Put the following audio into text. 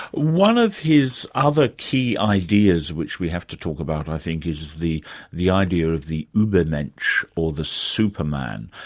one of his other key ideas which we have to talk about think, is the the idea of the ubermensch or the superman.